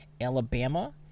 Alabama